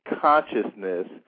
consciousness